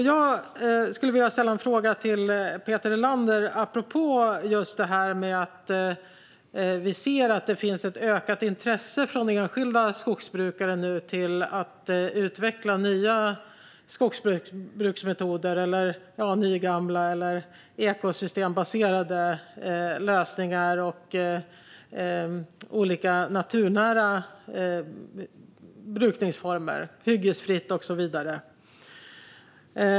Jag skulle vilja ställa en fråga till Peter Helander apropå att vi ser att det finns ett ökat intresse bland enskilda skogsbrukare för att utveckla nya, eller nygamla, skogsbruksmetoder, ekosystembaserade lösningar och olika naturnära brukningsformer, till exempel hyggesfritt.